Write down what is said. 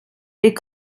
est